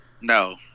No